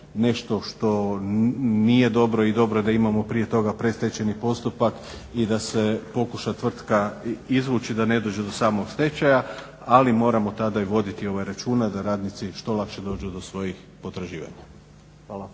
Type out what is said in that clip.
nešto što nije dobro i dobro je da imamo prije toga predstečajni postupak i da se pokuša tvrtka izvući da ne dođe do samog stečaja ali moramo tada voditi računa da radnici što lakše dođu do svojih potraživanja. Hvala.